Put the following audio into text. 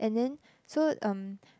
and then so um